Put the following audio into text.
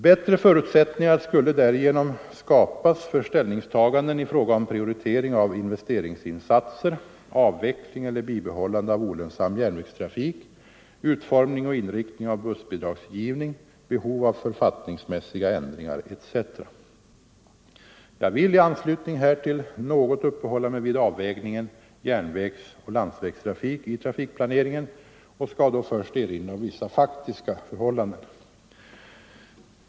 Bättre förutsättningar skulle därigenom skapas för ställningstaganden i fråga om prioritering av investeringsinsatser, avveckling eller bibehållande av olönsam järnvägstrafik, utformning och inriktning av bussbidragsgivning, behov av författningsmässiga ändringar etc. Jag vill i anslutning härtill något uppehålla mig vid avvägningen järn 63 vägsoch landsvägstrafik i trafikplaneringen och skall då först erinra om vissa faktiska förhållanden.